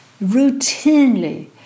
Routinely